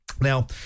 Now